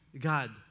God